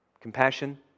Compassion